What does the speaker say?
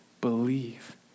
believe